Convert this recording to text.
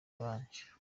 yabanje